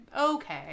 Okay